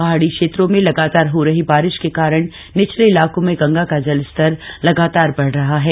पहाड़ी क्षेत्रों में लगातार हो रही बारिश के कारण निचले इलाकों में गंगा का जलस्तर लगातार बढ़ रहा है